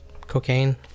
cocaine